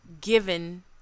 GIVEN